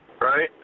Right